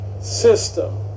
system